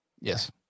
Yes